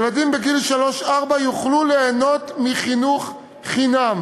ילדים גילאי שלוש ארבע יוכלו ליהנות מחינוך חינם.